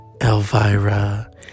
Elvira